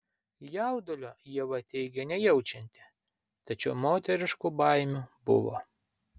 jaudulio ieva teigė nejaučianti tačiau moteriškų baimių buvo